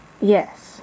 Yes